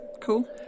cool